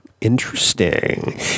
Interesting